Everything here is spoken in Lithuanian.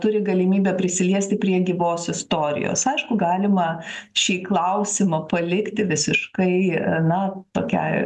turi galimybę prisiliesti prie gyvos istorijos aišku galima šį klausimą palikti visiškai na tokiai